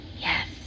yes